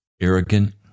Arrogant